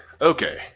okay